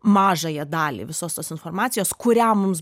mažąją dalį visos tos informacijos kurią mums